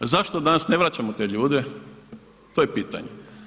A zašto danas ne vraćamo te ljude to je pitanje.